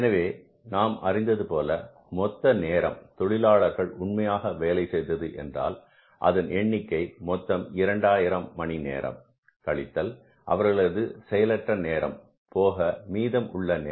எனவே நாம் அறிந்தது போல மொத்த நேரம் தொழிலாளர்கள் உண்மையாக வேலை செய்தது என்றால் அதன் எண்ணிக்கை மொத்தம் 2000 மணி நேரம் கழித்தல் அவர்களது செயலற்ற நேரம் போக மீதம் உள்ள நேரம் 1880